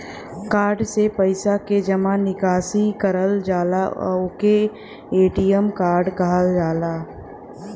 card से पइसा के जमा निकासी करल जाला ओके ए.टी.एम कार्ड कहल जाला